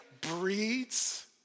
breeds